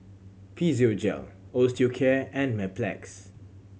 Physiogel Osteocare and Mepilex